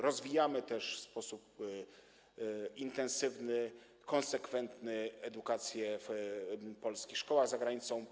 Rozwijamy też w sposób intensywny, konsekwentny edukację w polskich szkołach za granicą.